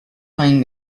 find